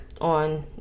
on